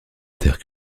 terre